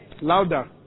Louder